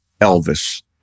Elvis